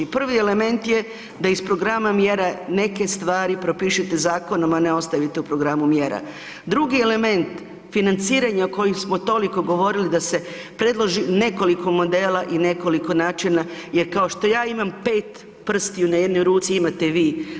Prvi element je da iz programa mjera neke stvari propišete zakonom, a ne ostavite u programu mjera, drugi element, financiranje, o kojem smo toliko govorili da se predloži nekoliko modela i nekoliko načina jer kao što ja imam 5 prstiju na jednoj ruci, imate i vi.